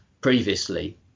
previously